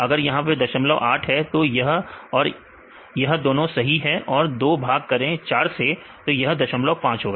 अगर यहां 08 है तो यह और यह दोनों सही है और 2 भाग करें 4 से तो यह 05 होगा